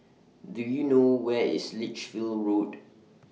Do YOU know Where IS Lichfield Road